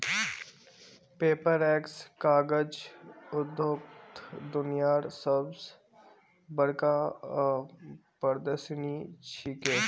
Paperex कागज उद्योगत दुनियार सब स बढ़का प्रदर्शनी छिके